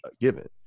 given